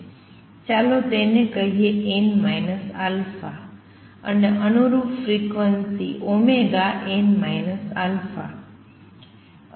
ચાલો તેને કહીએ n α અને અનુરૂપ ફ્રિક્વન્સી n α